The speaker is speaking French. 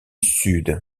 sud